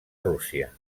rússia